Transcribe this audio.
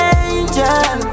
angel